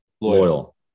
loyal